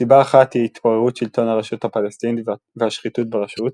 סיבה אחת היא התפוררות שלטון הרשות הפלסטינית והשחיתות ברשות,